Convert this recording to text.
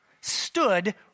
stood